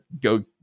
go